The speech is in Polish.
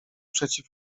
przeciw